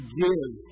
give